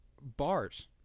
Bars